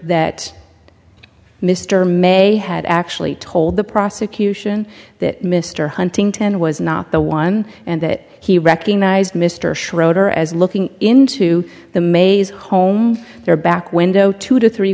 that mr may had actually told the prosecution that mr huntington was not the one and that he recognized mr schroeder as looking into the mays home their back window two to three